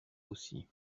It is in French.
aussi